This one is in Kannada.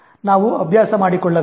ನಾವು ಅಭ್ಯಾಸ ಮಾಡಿಕೊಳ್ಳಬೇಕು